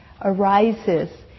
arises